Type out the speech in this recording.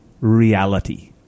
reality